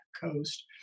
coast